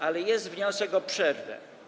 Ale jest wniosek o przerwę.